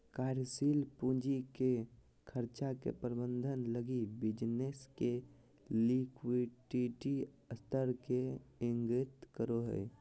कार्यशील पूंजी के खर्चा के प्रबंधन लगी बिज़नेस के लिक्विडिटी स्तर के इंगित करो हइ